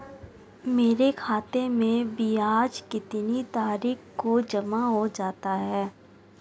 मेरे खाते में ब्याज कितनी तारीख को जमा हो जाता है?